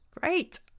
Great